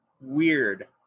weird